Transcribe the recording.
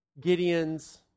Gideon's